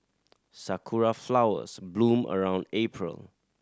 sakura flowers bloom around April